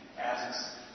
asks